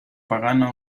pagano